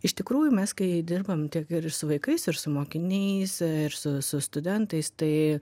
iš tikrųjų mes kai dirbam tiek ir su vaikais ir su mokiniais ir su su studentais tai